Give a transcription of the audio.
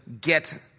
get